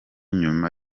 nyuma